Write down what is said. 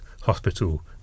hospital